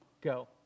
Go